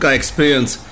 experience